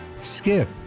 skip